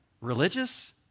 Religious